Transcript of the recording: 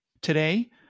Today